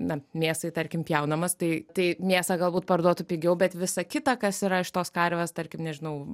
na mėsai tarkim pjaunamas tai tai mėsą galbūt parduotų pigiau bet visa kita kas yra iš tos karvės tarkim nežinau